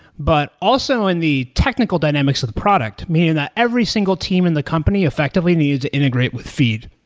but also in the technical dynamics of the product. meaning that every single team in the company effectively needs to integrate with feed.